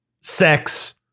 sex